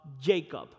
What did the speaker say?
jacob